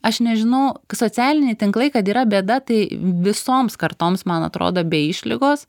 aš nežinau socialiniai tinklai kad yra bėda tai visoms kartoms man atrodo be išlygos